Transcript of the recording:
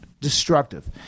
destructive